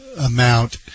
amount